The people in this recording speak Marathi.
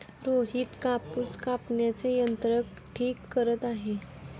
रोहित कापूस कापण्याचे यंत्र ठीक करत आहे